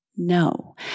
No